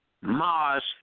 Mars